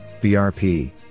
BRP